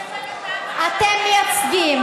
אתם מייצגים,